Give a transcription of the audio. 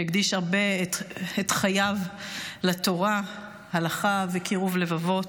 שהקדיש את חייו לתורה, הלכה וקירוב לבבות,